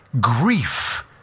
grief